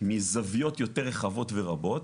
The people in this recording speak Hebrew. מזוויות יותר רחבות ורבות,